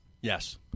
yes